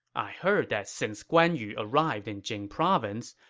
i heard that since guan yu arrived in jing province,